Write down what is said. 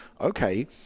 okay